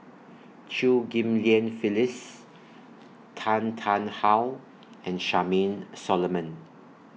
Chew Ghim Lian Phyllis Tan Tarn How and Charmaine Solomon